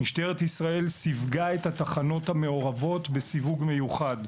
משטרת ישראל סיווגה את התחנות המעורבות בסיווג מיוחד,